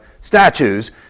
statues